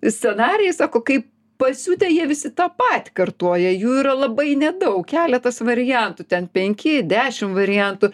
scenarijai sako kaip pasiutę jie visi tą patį kartoja jų yra labai nedaug keletas variantų ten penki dešim variantų